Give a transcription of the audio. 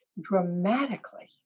dramatically